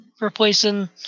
replacing